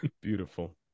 Beautiful